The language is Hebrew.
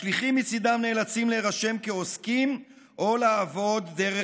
השליחים מצידם נאלצים להירשם כעוסקים או לעבוד דרך